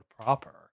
proper